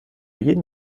jeden